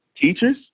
teachers